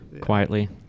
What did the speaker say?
quietly